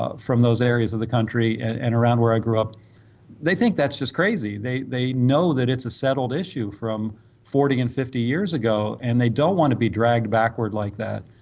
ah from those areas of the country and and around where i grew up they think that's as crazy they they know that it's a settled issue from fourteen fifty years ago and they don't want to be dragged backward like that